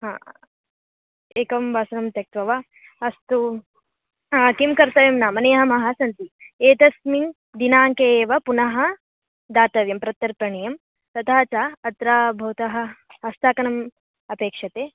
हा एकं वासरं त्यक्त्वा वा अस्तु किं कर्तव्यं नाम नियमाः सन्ति एतस्मिन् दिनाङ्के एव पुनः दातव्यं प्रत्यर्पणीयं तथा च अत्र भवतः हस्ताङ्कनम् अपेक्ष्यते